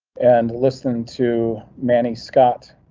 and listen to manny scott,